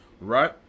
right